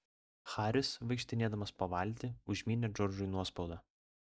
haris vaikštinėdamas po valtį užmynė džordžui nuospaudą